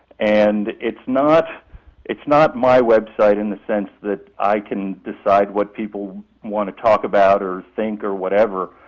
and it's not it's not my website in the sense that i can decide what people want to talk about or think or whatever.